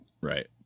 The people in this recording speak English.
right